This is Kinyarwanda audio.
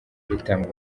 ritanga